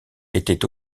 était